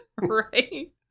Right